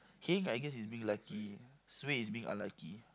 heng I guess is being lucky suay is being unlucky